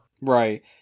Right